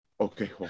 Okay